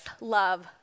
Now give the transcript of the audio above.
love